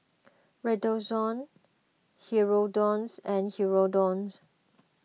Redoxon Hirudoid and Hirudoid